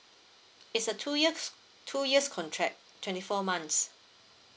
it's a two years two years contract twenty four months